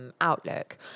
outlook